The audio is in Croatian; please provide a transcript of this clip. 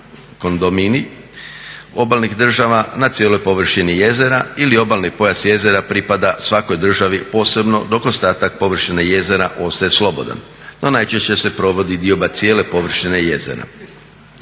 kondominij obalnih država na cijeloj površini jezera ili obalni pojas jezera pripada svakoj državi posebno dok ostatak površine jezera ostaje slobodna, no najčešće se provodi dioba cijele površine jezera.